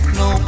no